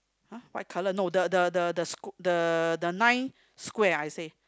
!huh! white color no the the the sq~ the the nine square I say